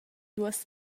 duos